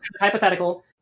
hypothetical